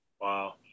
Wow